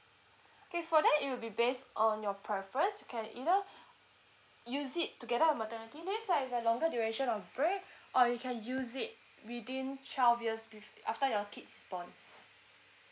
okay for that it will be based on your preference you can either use it together with mternity leave so if there's longer duration of birth or you can use it within twelve years with after your kid is born